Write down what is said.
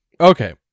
Okay